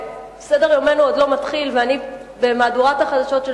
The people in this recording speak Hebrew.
שסדר-יומנו עוד לא מתחיל ואני במהדורת החדשות של